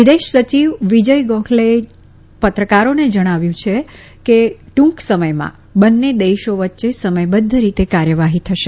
વિદેશ સચિવ વિજય ગોયલેએ પત્રકારોને જણાવ્યું કે ટુંક સમયમાં બંને દેશો વચ્ચે સમયબધ્ધ રીતે કાર્યવાહી થશે